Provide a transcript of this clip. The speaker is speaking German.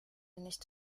nicht